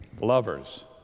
Lovers